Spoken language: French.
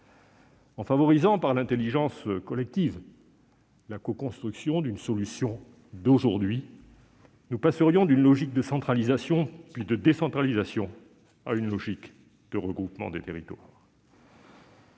En favorisant par l'intelligence collective la coconstruction d'une solution d'aujourd'hui, nous passerions d'une logique de centralisation, puis de décentralisation, à une logique de regroupement des territoires.